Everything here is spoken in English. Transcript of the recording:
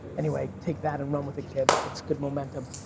anyway take that and run with it kid. it's good momentum.